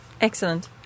Excellent